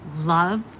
love